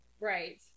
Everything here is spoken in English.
Right